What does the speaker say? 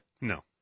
No